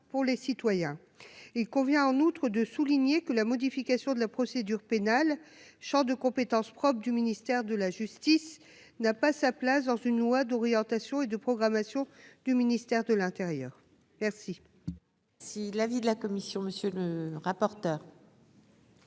pour les citoyens, il convient en outre de souligner que la modification de la procédure pénale, Champ de compétence propre du ministère de la justice n'a pas sa place dans une loi d'orientation et de programmation du ministère de l'Intérieur, merci.